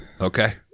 Okay